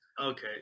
okay